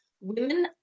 women